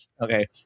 okay